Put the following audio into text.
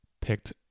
Picked